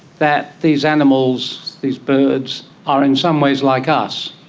that these animals, these birds are in some ways like us,